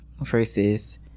versus